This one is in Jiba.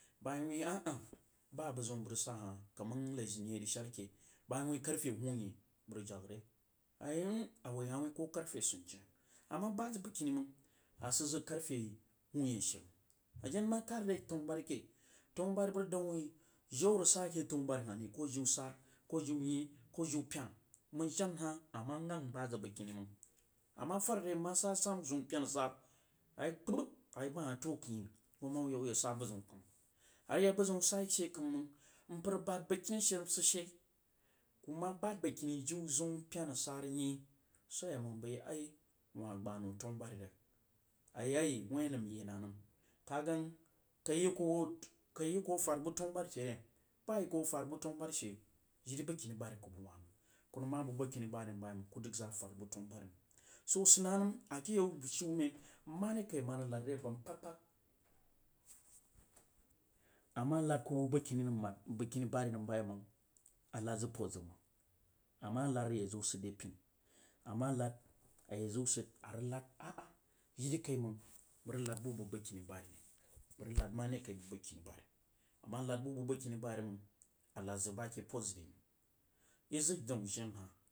Bəg ma yi wuin ba abəg zəm a bəg rig sah hah kaman lai zərih yi a yi rig shad hah bəg mah yi wuin karfe huunyeh a yí mm a woí hah wuin koh karfe sunje a mah bahd zəg bəgkini mang a sid zəg karfe tanubari ke tanubari bəg rig dang wuh wuin jiu a rig sa ake tanubari hah ri jiu sara kuh jiu nyeh koh jiu penah mang jen hah ana ghang a bad zəg bəgkini mang ama fad are nmah saa sanu ziun pena sara ayi kpər a yi bah hah təun akɦíni goma wuh sah buh zəun kəim a rig yak bazium sai she kəim mang mpər bahd bəgkini she msid she kuh mah bahd bəgkini jíu ziun penah sara nyeh soh arig woi amang bəi aih wah gbanou tanu bubari rig ayi aiyi a nəm ye nanəm ka gan kai yi kuh afarba tanu buhbari she re bah a yi kuh aferbu tanu buhba ri she jiri bəgkini bari aku bəg wah nəm mpər ama bəg bəgkini nəm bayaimang kud dəg zəg afarby tanu bubari mang so sid na nəm ake yau shume mare kai ana rig nar re aba nəm kpak kpak amah lad kuh bəg isəgkini nalm bam bagkini badri nəm ban a lad zəg pod zəg mang ana lad a ye ziu sid re pini ama lad a ye ziu sid a yi jiri mang bəg rig lad bub bəg bəgkini ba dri bəg rig kad marekai bəg bəgkini bedri ama lad buh bəg bəg kin badri mang a lad zəg bah pod zəg ri mang yi zəg daun jen hah.